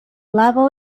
level